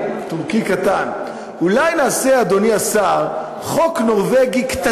כי היא דומה בדיוק.